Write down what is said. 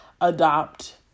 adopt